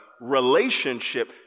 relationship